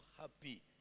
happy